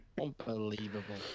Unbelievable